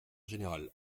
général